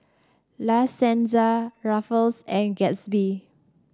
La Senza Ruffles and Gatsby